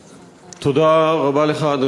אדוני היושב-ראש, תודה רבה לך.